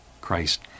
Christ